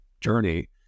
journey